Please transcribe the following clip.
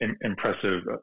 impressive